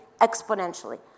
exponentially